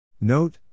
Note